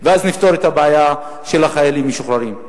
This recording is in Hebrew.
ואז נפתור את הבעיה של החיילים המשוחררים.